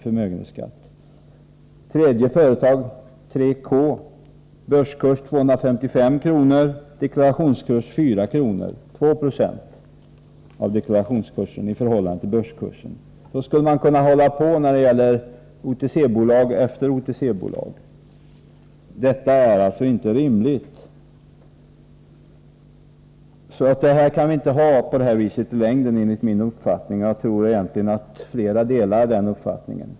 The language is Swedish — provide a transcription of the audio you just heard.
För 3 K var börskursen 255 kr. och deklarationsvärdet 4 kr. eller 2 96 av börskursen. Så skulle man kunna redovisa OTC-bolag efter OTC-bolag. Detta är inte rimligt. Enligt min mening kan vi inte ha det så här i längden. Jag tror att flera delar den uppfattningen.